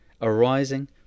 arising